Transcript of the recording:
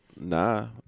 Nah